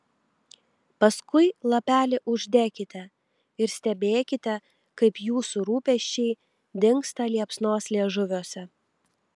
paskui lapelį uždekite ir stebėkite kaip jūsų rūpesčiai dingsta liepsnos liežuviuose